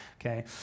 okay